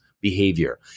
behavior